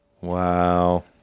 Wow